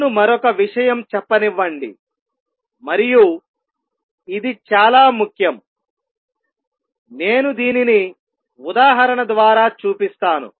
నన్ను మరొక విషయం చెప్పనివ్వండి మరియు ఇది చాలా ముఖ్యంనేను దీనిని ఉదాహరణ ద్వారా చూపిస్తాను